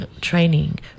training